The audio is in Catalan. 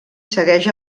segueix